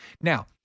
Now